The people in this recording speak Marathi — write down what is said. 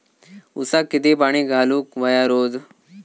ऊसाक किती पाणी घालूक व्हया रोज?